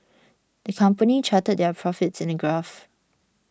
the company charted their profits in a graph